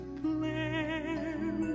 plan